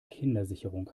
kindersicherung